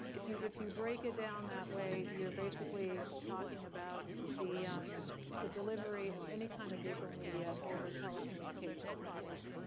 if you if you break it down that way, you're basically talking about the um the delivery of any kind of visual media over telecommunications network.